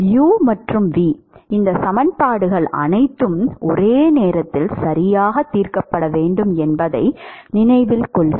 u மற்றும் v இந்த சமன்பாடுகள் அனைத்தும் ஒரே நேரத்தில் சரியாக தீர்க்கப்பட வேண்டும் என்பதை நினைவில் கொள்க